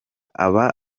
aba